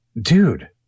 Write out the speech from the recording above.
dude